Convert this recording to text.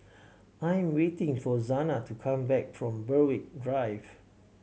I am waiting for Zanaed to come back from Berwick Drive